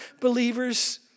believers